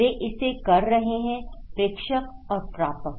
वे इसे कर रहे हैं प्रेषक और प्रापक